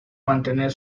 mantener